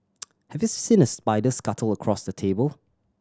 have you seen a spider scuttle across your table